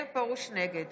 נגד